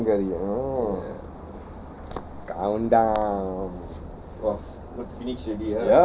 மூஞ்ச மிச்சம் தூக்காதீங்க:moonja michham thookkatheanga oh calm down